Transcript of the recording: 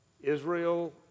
Israel